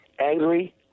Angry